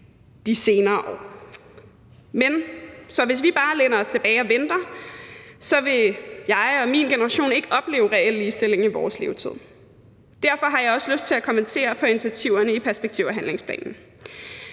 Så hvis vi bare læner os tilbage og venter, vil jeg og min generation ikke opleve reel ligestilling i vores levetid. Derfor har jeg også lyst til at kommentere på initiativerne i perspektiv- og handlingsplanen.